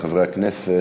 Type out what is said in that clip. לחברי הכנסת,